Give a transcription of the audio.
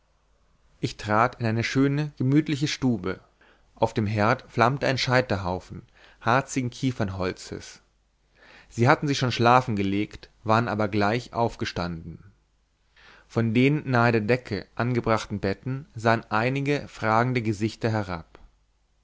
ich trat in eine große gemütliche stube auf dem herd flammte ein scheiterhaufen harzigen kiefernholzes sie hatten sich schon schlafen gelegt waren aber gleich aufgestanden von den nahe der decke angebrachten betten sahen einige fragende gesichter herab